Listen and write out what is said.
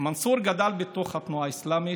מנסור גדל בתוך התנועה האסלאמית,